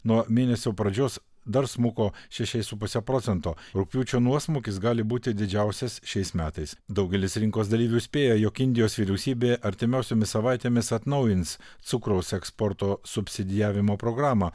nuo mėnesio pradžios dar smuko šešiais su puse procento rugpjūčio nuosmukis gali būti didžiausias šiais metais daugelis rinkos dalyvių spėja jog indijos vyriausybė artimiausiomis savaitėmis atnaujins cukraus eksporto subsidijavimo programą